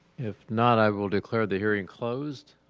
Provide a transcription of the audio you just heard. if not i will declare the hearing closed.